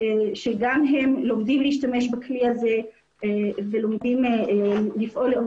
שגם הם לומדים להשתמש בכלי הזה ולומדים להפעיל